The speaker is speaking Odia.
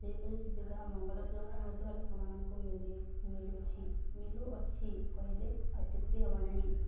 ସେପରି ସୁବିଧା ମଙ୍ଗଳଗ୍ରହରେ ମଧ୍ୟ ଲୋକମାନଙ୍କୁ ମିଲୁଛି ମିଲୁଅଛି କହିଲେ ଅତ୍ୟୁକ୍ତି ହେବ ନାହିଁ